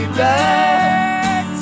back